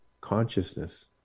consciousness